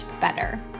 better